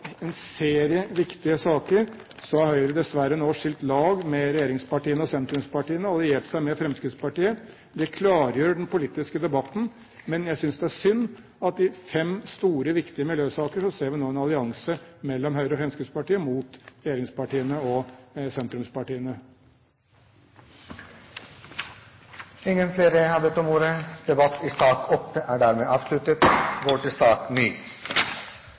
en serie viktige saker har Høyre dessverre nå skilt lag med regjeringspartiene og sentrumspartiene og alliert seg med Fremskrittspartiet. Det klargjør den politiske debatten, men jeg synes det er synd at i fem store, viktige miljøsaker ser vi nå en allianse mellom Høyre og Fremskrittspartiet, mot regjeringspartiene og sentrumspartiene. Flere har ikke bedt om ordet til sak